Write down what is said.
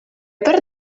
per